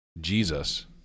Jesus